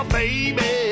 baby